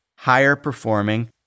higher-performing